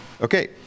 Okay